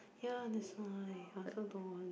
ya that's why I also don't want